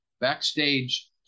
backstage